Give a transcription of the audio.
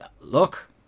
Look